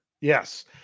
Yes